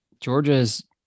Georgia's